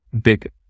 big